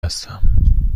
هستم